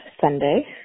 Sunday